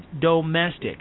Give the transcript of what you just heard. domestic